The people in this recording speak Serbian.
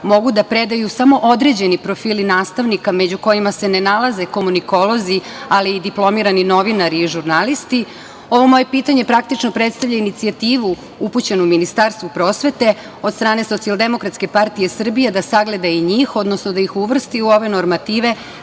mogu da predaju samo određeni profili nastavnika među kojima se ne nalaze komunikolozi ali i diplomirani novinari i žurnalisti, ovo moje pitanje praktično predstavlja inicijativu upućenu Ministarstvu prosvete od strane SDPS sa sagleda i njih, odnosno da ih uvrsti u ove normative,